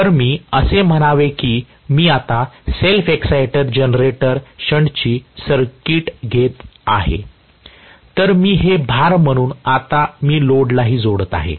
तर मी असे म्हणावे की मी आता सेल्फ एक्साईटेड जनरेटर शंटची सर्किट घेत आहे आणि मी हे भार म्हणून तर आता मी लोडलाही जोडत आहे